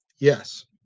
Yes